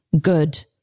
good